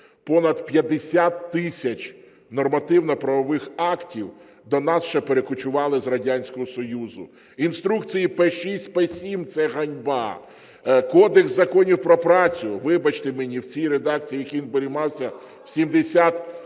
понад 50 тисяч нормативно-правових актів до нас ще перекочували з Радянського Союзу. Інструкції П-6, П-7 – це ганьба, Кодекс законів про працю, вибачте мені, в цій редакції, в якій він приймався в 79-му,